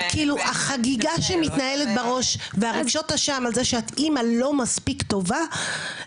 החגיגה שמתנהלת בראש ורגשות האשם על זה שאת אימא לא מספיק טובה,